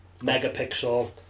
Megapixel